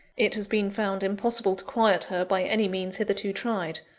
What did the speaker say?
it has been found impossible to quiet her, by any means hitherto tried.